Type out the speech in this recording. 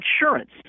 insurance